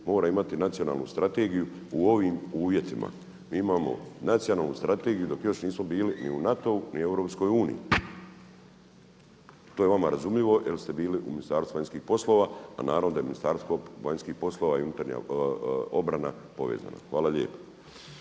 mora imati Nacionalnu strategiju u ovim uvjetima. Mi imamo Nacionalnu strategiju dok još nismo bili ni u NATO-u ni u EU. To je vama razumljivo jer ste bili u Ministarstvu vanjskih poslova, a naravno da je Ministarstvo vanjskih poslova i unutarnja obrana povezano. Hvala lijepa.